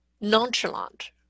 nonchalant